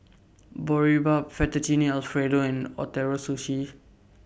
Boribap Fettuccine Alfredo and Ootoro Sushi